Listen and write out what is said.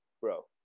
bro